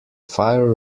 fire